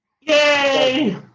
Yay